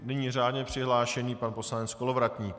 Nyní řádně přihlášený pan poslanec Kolovratník.